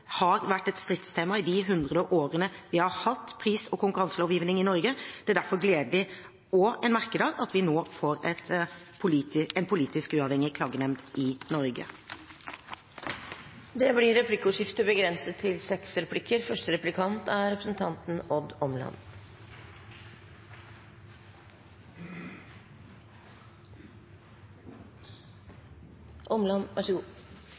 har vært et stridstema i de 100 årene vi har hatt pris- og konkurranselovgivning i Norge. Det er derfor gledelig – og en merkedag – at vi nå får en politisk uavhengig klagenemd i Norge. Det blir replikkordskifte.